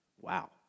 Wow